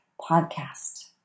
podcast